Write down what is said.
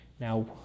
Now